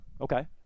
okay